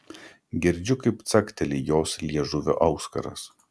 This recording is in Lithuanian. girdžiu kaip cakteli jos liežuvio auskaras